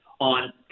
on